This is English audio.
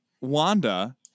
Wanda